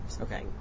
okay